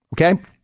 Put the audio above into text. Okay